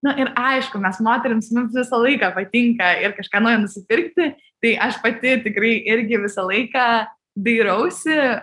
nu ir aišku mes moterims mums visą laiką patinka ir kažką naujo nusipirkti tai aš pati tikrai irgi visą laiką dairausi